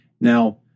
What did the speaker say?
Now